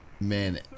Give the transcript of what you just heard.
man